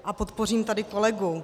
A podpořím tady kolegu.